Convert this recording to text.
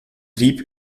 trieb